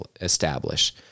Establish